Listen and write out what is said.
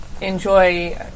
enjoy